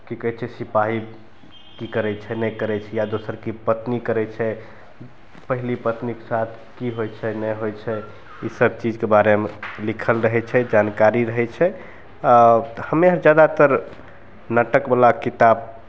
की कहय छै सिपाही की करय छै नहि करय छै या दोसर की पत्नी करय छै पहिली पत्नीके साथ की होइ छै नहि होइ छै ई सब चीजके बारेमे लिखल रहय छै जानकारी रहय छै आओर हमे अर जादातर नाटकवला किताब